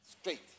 Straight